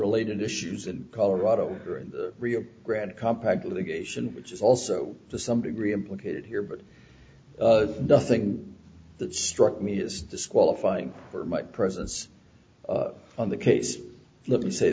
related issues in colorado or in the rio grande compact litigation which is also to some degree implicated here but nothing that struck me as disqualifying for my presence on the case let me say